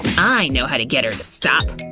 i know how to get her to stop!